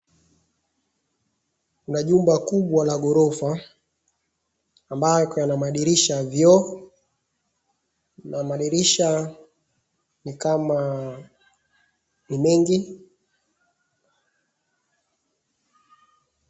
Kuna jumba kubwa la ghorofa, ambalo iko na madirisha, vioo, na madirisha ni kama ni mengi.